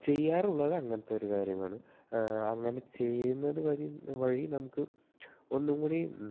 ചെയ്യാറുള്ളത് അങ്ങനത്തെ ഒരു കാര്യമാണ് അങ്ങനെ ചെയ്യുന്നത് വഴി വഴി നമുക്ക് ഒന്നും കൂടി